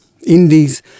indies